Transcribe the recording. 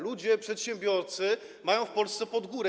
Ludzie, przedsiębiorcy mają w Polsce pod górę.